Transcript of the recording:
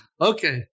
Okay